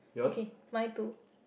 okay mine too